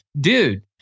dude